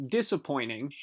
disappointing